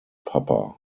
papa